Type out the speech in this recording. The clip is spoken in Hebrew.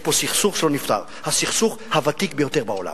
יש פה סכסוך שלא נפתר, הסכסוך הוותיק ביותר בעולם.